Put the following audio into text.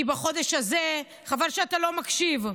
כי בחודש הזה, חבל שאתה לא מקשיב.